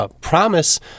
promise